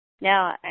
now